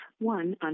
one